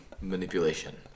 manipulation